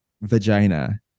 vagina